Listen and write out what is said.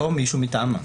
או מישהו מטעמם.